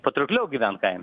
patraukliau gyvent kaime